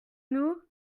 nous